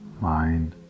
mind